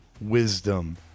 wisdom